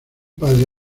padre